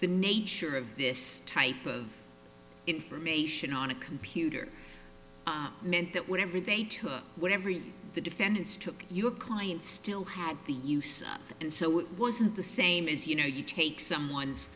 the nature of this type of information on a computer meant that whatever they took what every the defendants took your client still had the use of and so it wasn't the same as you know you take someone's